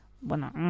bueno